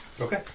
Okay